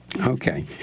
Okay